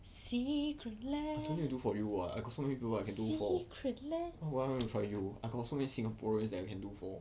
Secret Lab Secret Lab